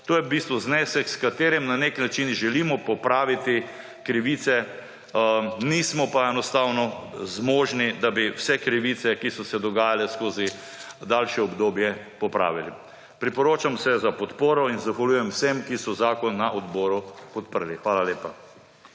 To je v bistvu znesek, s katerim na nek način želimo popraviti krivice. Nismo pa enostavno zmožni, da bi vse krivice, ki so se dogajale skozi daljše obdobje, popravili. Priporočam se za podporo in zahvaljujem vsem, ki so zakon na odboru podprli. Hvala lepa.